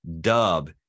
Dub